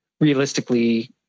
realistically